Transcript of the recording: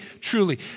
truly